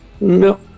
no